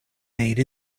made